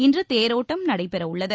இன்று தேரோட்டம் நடைபெறவுள்ளது